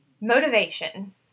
motivation